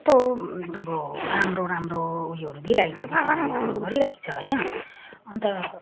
कस्तो अब राम्रो राम्रो उयोहरू दिइरहेको छ दिशा निर्देशहरू गरिरहेको छ होइन अन्त